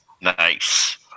nice